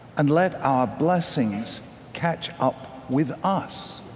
and let our blessings catch up with us?